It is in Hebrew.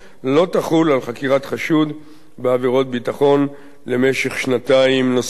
לא תחול על חקירת חשוד בעבירות ביטחון למשך שנתיים נוספות.